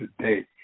today